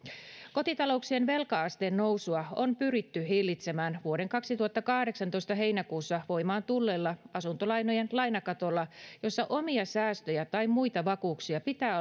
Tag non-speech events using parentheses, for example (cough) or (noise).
kotitalouksien velka asteen nousua on pyritty hillitsemään vuoden kaksituhattakahdeksantoista heinäkuussa voimaan tulleella asuntolainojen lainakatolla jossa omia säästöjä tai muita vakuuksia pitää (unintelligible)